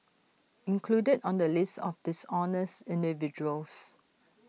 included on the list of dishonest individuals